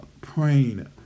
praying